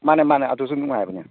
ꯃꯥꯅꯦ ꯃꯥꯅꯦ ꯑꯗꯨꯁꯨ ꯅꯨꯡꯉꯥꯏꯕꯅꯦ